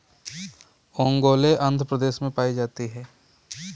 ओंगोले आंध्र प्रदेश में पाई जाती है